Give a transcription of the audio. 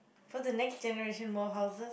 for the next generation more houses